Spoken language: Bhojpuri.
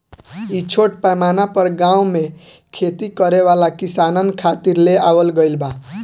इ छोट पैमाना पर गाँव में खेती करे वाला किसानन खातिर ले आवल गईल बा